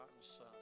Son